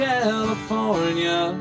California